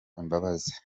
imbabazi